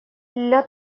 для